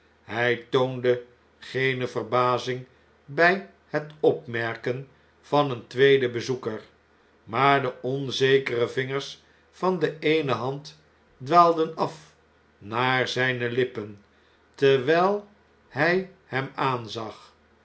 hn toonde geene verbazing bti het opmerken van een tweeden bezoeker maar de onzekere vingers van de eene hand dwaalden af naar zn'ne lippen terwul hn hem aanzag